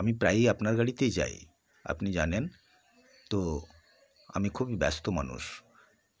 আমি প্রায়ই আপনার গাড়িতেই যাই আপনি জানেন তো আমি খুবই ব্যস্ত মানুষ